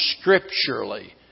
scripturally